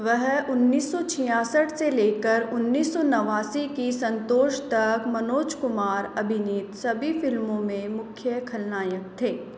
वह उन्नीस सौ छियासठ से लेकर उन्नीस सौ नवासी की संतोष तक मनोज कुमार अभिनीत सभी फ़िल्मों में मुख्य खलनायक थे